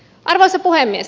arvoisa puhemies